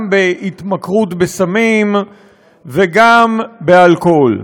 גם בהתמכרות לסמים וגם באלכוהול.